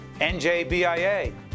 NJBIA